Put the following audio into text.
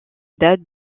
date